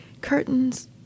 curtains